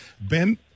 Ben